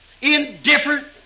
indifferent